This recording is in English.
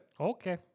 Okay